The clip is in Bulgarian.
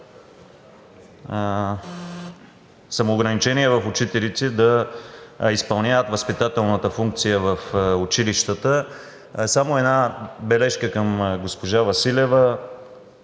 самоограничения в учителите да изпълняват възпитателната функция в училищата. Само една бележка към госпожа Василева,